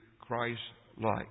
Christ-like